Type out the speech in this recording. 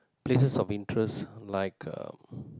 places of interest like uh